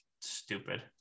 stupid